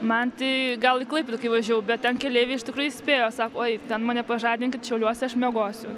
man tai gal į klaipėdą kai važiavau bet ten keleiviai iš tikrų įspėjo sak uoj ten mane pažadinkit šiauliuose aš miegosiu